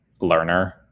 learner